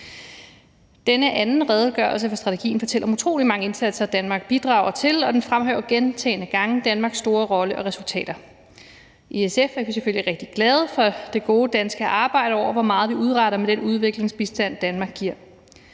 Denne anden redegørelse om strategien fortæller om utrolig mange indsatser, Danmark bidrager til, og den fremhæver gentagne gange Danmarks store rolle og resultater. I SF er vi selvfølgelig rigtig glade for det gode danske arbejde og for, hvor meget vi udretter med den udviklingsbistand, Danmark giver,